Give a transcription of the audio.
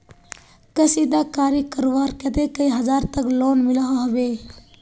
कशीदाकारी करवार केते कई हजार तक लोन मिलोहो होबे?